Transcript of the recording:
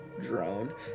drone